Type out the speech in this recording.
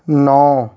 ਨੌ